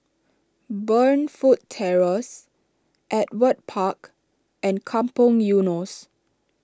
Burnfoot Terrace Ewart Park and Kampong Eunos